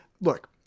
look